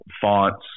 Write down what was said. fonts